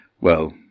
Well